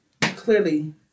clearly